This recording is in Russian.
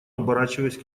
оборачиваясь